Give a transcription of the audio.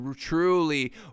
truly